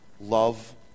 love